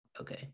Okay